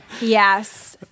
Yes